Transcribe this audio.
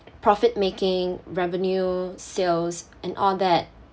profit making revenue sales and all that